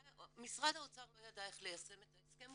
משרד האוצר לא ידע איך ליישם את ההסכם,